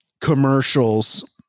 commercials